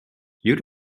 you